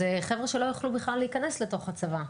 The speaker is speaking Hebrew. אלה חבר'ה שלא יוכלו בכלל להיכנס לתוך הצבא.